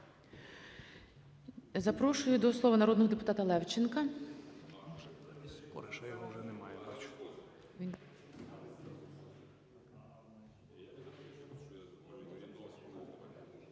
Запрошую до слова народного депутата Арешонкова.